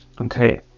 Okay